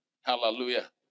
hallelujah